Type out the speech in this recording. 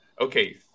Okay